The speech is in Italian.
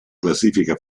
classifica